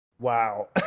Wow